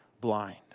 blind